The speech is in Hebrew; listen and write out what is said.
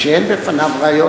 כשאין בפניו ראיות,